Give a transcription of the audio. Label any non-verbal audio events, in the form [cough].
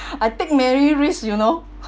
[laughs] I take many risks you know